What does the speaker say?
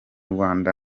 rwanda